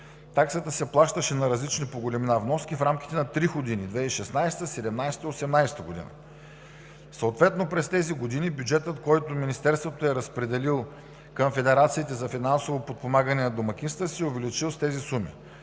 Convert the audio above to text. Таксата се плащаше на различни по големина вноски в рамките на три години – 2016 г., 2017 г. и 2018 г. Съответно през тези години бюджетът, който Министерството е разпределил към федерациите за финансово подпомагане на домакинства, се е увеличил с тези суми.